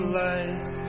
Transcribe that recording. lights